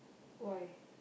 why